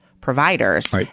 providers